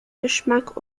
geschmack